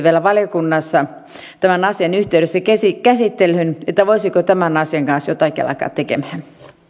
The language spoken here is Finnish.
vielä valiokunnassa tämän asian yhteydessä tulee käsittelyyn että voisiko tämän asian kanssa jotakin alkaa tekemään